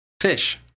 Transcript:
Fish